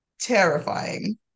terrifying